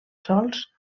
sols